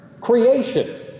creation